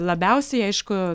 labiausiai aišku